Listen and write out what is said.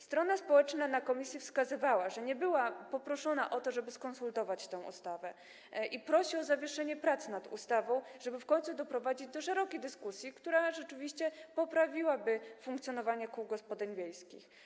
Strona społeczna na posiedzeniu komisji wskazywała, że nie była poproszona o to, żeby skonsultować tę ustawę, i prosi o zawieszenie prac nad ustawą, żeby w końcu doprowadzić do szerokiej dyskusji, która rzeczywiście poprawiłaby funkcjonowanie kół gospodyń wiejskich.